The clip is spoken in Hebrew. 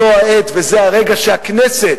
זו העת וזה הרגע שהכנסת,